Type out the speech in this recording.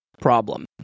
problem